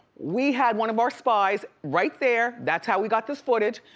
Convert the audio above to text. we had one of our spies right there. that's how we got this footage.